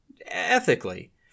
ethically